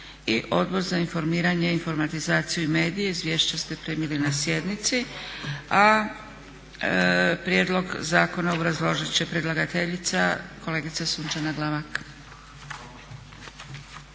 i Odbor za informiranje, informatizaciju i medije. Izvješća ste primili na sjednici, a prijedlog zakona obrazložit će predlagateljica kolegica Sunčana Glavak.